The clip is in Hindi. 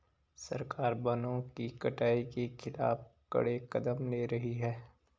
सरकार वनों की कटाई के खिलाफ कड़े कदम ले रही है